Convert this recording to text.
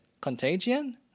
Contagion